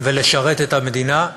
ולשרת את המדינה,